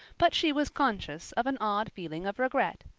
but she was conscious of an odd feeling of regret.